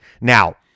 Now